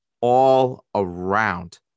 all-around